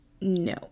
No